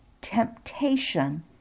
temptation